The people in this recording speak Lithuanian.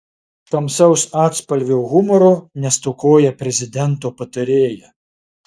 tamsaus atspalvio humoro nestokoja prezidento patarėja